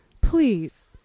please